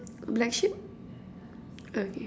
black sheep okay